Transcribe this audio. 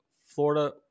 Florida